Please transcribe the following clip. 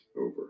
over